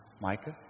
Micah